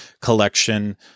collection